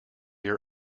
your